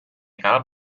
igal